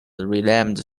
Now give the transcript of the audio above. renamed